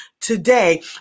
today